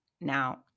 Now